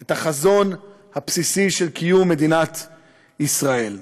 את החזון הבסיסי של קיום מדינת ישראל.